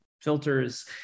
filters